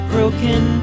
Broken